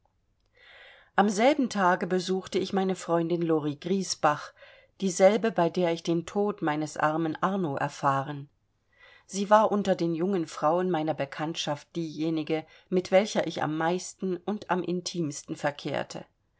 am selben tage besuchte ich meine freundin lori griesbach dieselbe bei der ich den tod meines armen arno erfahren sie war unter den jungen frauen meiner bekanntschaft diejenige mit welcher ich am meisten und am intimsten verkehrte